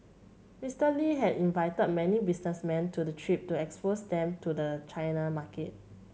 Mister Lee had invited many businessmen to the trip to expose them to the China market